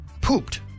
pooped